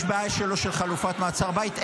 יש בעיה שלו של חלופת מעצר בית?